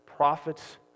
Prophets